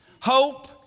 Hope